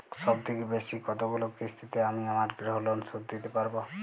সবথেকে বেশী কতগুলো কিস্তিতে আমি আমার গৃহলোন শোধ দিতে পারব?